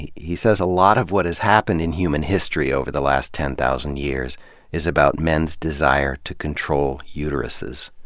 he he says a lot of what has happened in human history over the last ten thousand years is about men's desire to control uteruses.